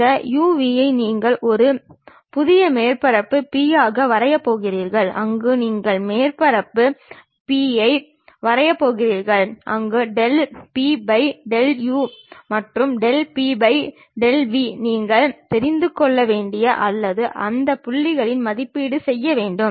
இந்த u v ஐ நீங்கள் ஒரு புதிய மேற்பரப்பு P ஆக வரையப் போகிறீர்கள் அங்கு நீங்கள் ஒரு மேற்பரப்பு P ஐ வரையப் போகிறீர்கள் அங்கு del P by del u மற்றும் del P by del v நீங்கள் தெரிந்து கொள்ள வேண்டும் அல்லது அந்த புள்ளிகளில் மதிப்பீடு செய்ய வேண்டும்